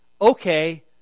okay